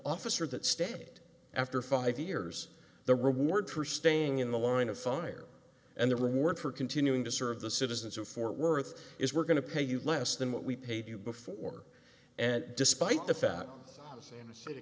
officer that stand it after five years the reward for staying in the line of fire and the reward for continuing to serve the citizens of fort worth is we're going to pay you less than what we paid you before and despite the fact